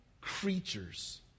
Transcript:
creatures